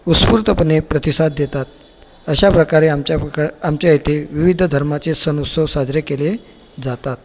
उस्फूर्तपणे प्रतिसाद देतात अशाप्रकारे आमच्या प्रका आमच्या इथे विविध धर्माचे सण उत्सव साजरे केले जातात